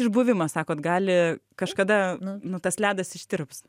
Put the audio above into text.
išbuvimas sakot gali kažkada nu tas ledas ištirps